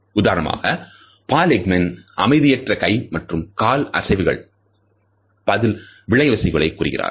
உதாரணமாக Paul Ekman அமைதியற்ற கை மற்றும் கால் அசைவுகள் flight reactions பதில் விளைவுகள்என்று கூறுகிறார்